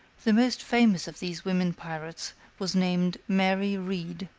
the most famous of these women pirates was named mary reed.